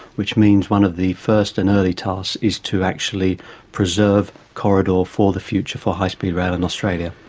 which means one of the first and early tasks is to actually preserve corridor for the future for high speed rail in australia.